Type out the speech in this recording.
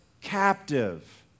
captive